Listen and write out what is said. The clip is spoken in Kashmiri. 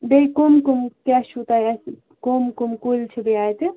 بیٚیہِ کُم کُم کیاہ چھُو تۄہہِ اَتہِ کُم کُم کُلۍ چھِ بیٚیہِ اَتہِ